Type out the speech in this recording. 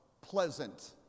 pleasant